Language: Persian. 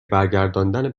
برگردان